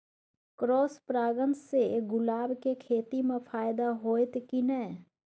Cross परागण से गुलाब के खेती म फायदा होयत की नय?